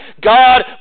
God